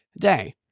day